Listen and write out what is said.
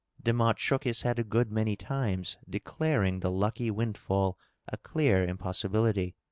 demotte shook his head a good many times, declaring the lucky windfall a clear im possibility.